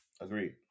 Agreed